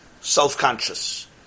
self-conscious